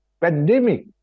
pandemic